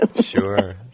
Sure